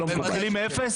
מתחילים מאפס?